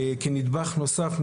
כנדבך נוסף.